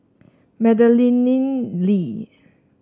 Madeleine Lee